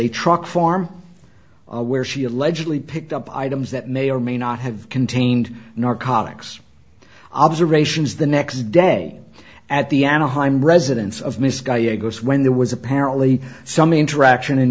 a truck farm where she allegedly picked up items that may or may not have contained narcotics observations the next day at the anaheim residence of misguided goes when there was apparently some interaction and